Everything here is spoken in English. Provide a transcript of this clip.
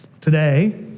Today